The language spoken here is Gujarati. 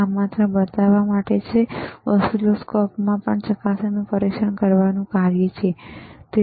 તે માત્ર બતાવવા માટે છે કે ઓસિલોસ્કોપમાં પણ ચકાસણીનું પરીક્ષણ કરવાનું કાર્ય છે બરાબર